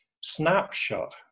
snapshot